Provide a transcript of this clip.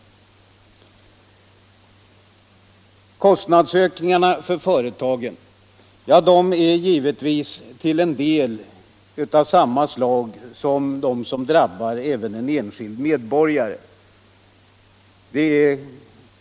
Kostnadsökningarna för företagen är givetvis till en del av samma slag som de som drabbar även en enskild medborgare.